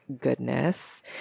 goodness